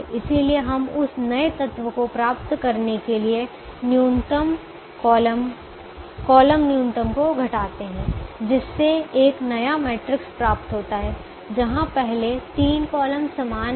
इसलिए हम उस नए तत्व को प्राप्त करने के लिए न्यूनतम कॉलम को घटाते हैं जिससे एक नया मैट्रिक्स प्राप्त होता है जहां पहले 3 कॉलम समान हैं